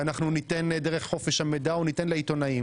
ואנחנו ניתן דרך חופש המידע או ניתן לעיתונאים